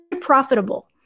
profitable